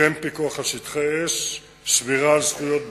מתקיים פיקוח על שטחי אש, שמירה על זכויות בדרך,